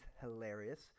hilarious